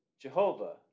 jehovah